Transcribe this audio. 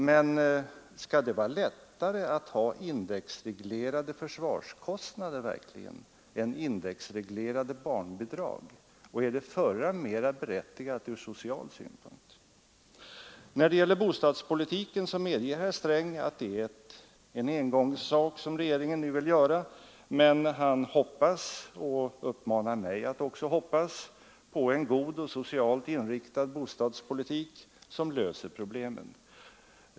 Men är det verkligen lättare att ha indexreglerade försvarskostnader än indexreglerade barnbidrag och är de förra mer berättigade ur social synpunkt? När det gäller bostadspolitiken medger herr Sträng att det regeringen nu vill göra är en engångsföreteelse. Men han hoppas och han uppmanar också mig att hoppas på en god och socialt inriktad bostadspolitik som löser problemen.